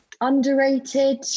Underrated